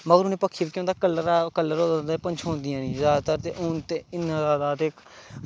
मगर उ'नैं पक्खियें गी केह् कीते दा होंदा कल्लर करी ओड़े दा होंदा पंछोंदियां निं जैदातर हून ते इन्ना जादा ते